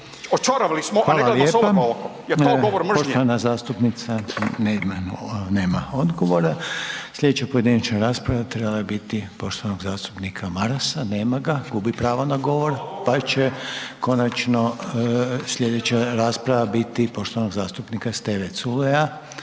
Hvala lijepa/…gledajmo s obadva oka. Jel to govor mržnje? **Reiner, Željko (HDZ)** Poštovana zastupnica, nema odgovora. Slijedeća pojedinačna rasprava trebala je biti poštovanog zastupnika Marasa, nema ga, gubi pravo na govor, pa će konačno slijedeća rasprava biti poštovanog zastupnika Steve Culeja,